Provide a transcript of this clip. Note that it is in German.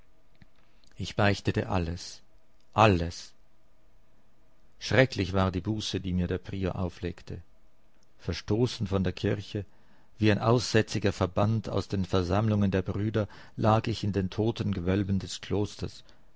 ich beichtete alles alles schrecklich war die buße die mir der prior auflegte verstoßen von der kirche wie ein aussätziger verbannt aus den versammlungen der brüder lag ich in den totengewölben des klosters